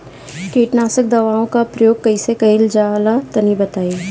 कीटनाशक दवाओं का प्रयोग कईसे कइल जा ला तनि बताई?